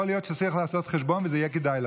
יכול להיות שצריך לעשות חשבון וזה יהיה כדאי לנו.